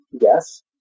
yes